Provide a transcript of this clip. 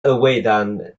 pyramids